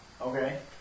Okay